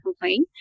complain